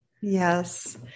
Yes